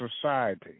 society